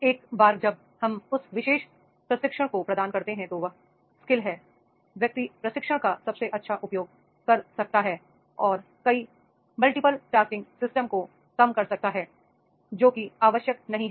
एक बार जब हम उस विशेष प्रशिक्षण को प्रदान करते हैं तो वह स्किल्स है व्यक्ति प्रशिक्षण का सबसे अच्छा उपयोग कर सकता है और कई मल्टी टा स्किंग सिस्टम को कम कर सकता है जो कि आवश्यक नहीं था